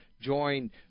join